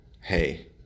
hey